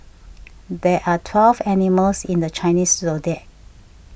there are twelve animals in the Chinese zodiac